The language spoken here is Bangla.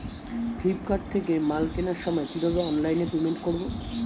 ফ্লিপকার্ট থেকে মাল কেনার সময় কিভাবে অনলাইনে পেমেন্ট করব?